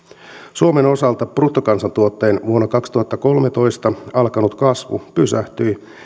suomen osalta bruttokansantuotteen vuonna kaksituhattakolmetoista alkanut kasvu pysähtyi